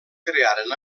crearen